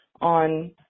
on